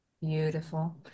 Beautiful